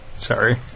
Sorry